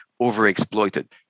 overexploited